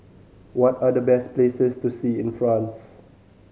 what are the best places to see in France